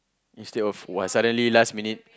instead of !wah! suddenly last minute